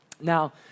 Now